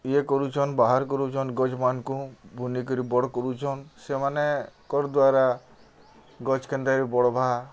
ଇଏ କରୁଛନ୍ ବାହାର୍ କରୁଛନ୍ ଗଛ୍ମାନଙ୍କୁ ବୁନି କରି ବଡ଼୍ କରୁଛନ୍ ସେମାନଙ୍କର୍ ଦ୍ୱାରା ଗଛ୍ କେନ୍ତାକରି ବଢ଼୍ବା